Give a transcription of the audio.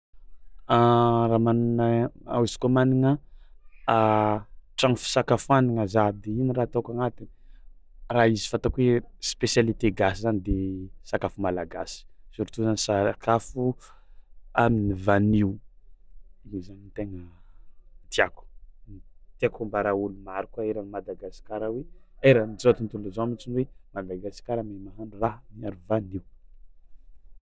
Raha managna a- izy kôa managna tragno fisakafoanagna za de ino raha ataoko agnatiny? Raha izy fataoko hoe spécialité gasy zany de sakafo malagasy surtout zany sakafo amin'ny vanio igny zany tegna tiàko tiàko ambara ôlo maro koa eran'ny Madagasikara hoe eran-jao tontolo zao mihitsiny hoe Madagasikara mahay mahandro raha miaro vanio.